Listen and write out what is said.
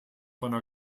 einer